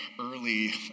early